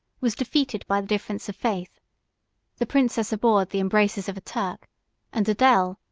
was defeated by the difference of faith the princess abhorred the embraces of a turk and adel,